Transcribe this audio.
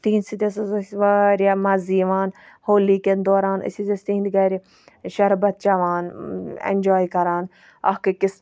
تِہِنٛد سۭتۍ حظ ٲسۍ اَسہِ واریاہ مَزٕ یِوان ہولی کٮ۪ن دوران أسۍ حظ ٲسۍ تِہِنٛدٕ گَرِ شَربَت چَیٚوان ایٚنجاے کَران اکھ أکِس